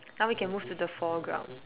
now we can move to the foreground